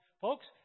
Folks